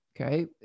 Okay